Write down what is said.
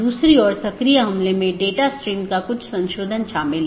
दूसरा BGP connection बनाए रख रहा है